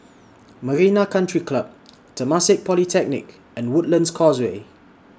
Marina Country Club Temasek Polytechnic and Woodlands Causeway